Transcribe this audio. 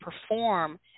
perform